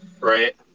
right